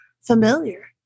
Familiar